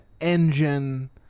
engine